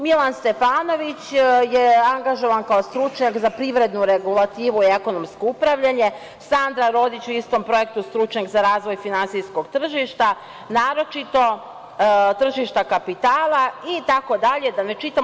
Milan Stefanović je angažovan kao stručnjak za privrednu regulativu i ekonomsko upravljanje, Sandra Rodić u istom projektu stručnjak za razvoj finansijskog tržišta, naročito tržišta kapitala itd, da ne čitam.